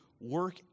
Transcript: work